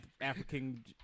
African